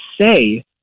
say